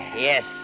Yes